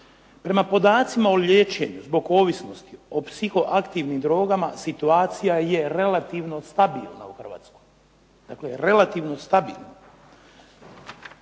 prema podacima o liječenju zbog ovisnosti o psihoaktivnim drogama situacija je relativno stabilna u Hrvatskoj. Dakle relativno stabilna.